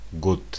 good